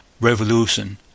Revolution